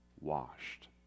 washed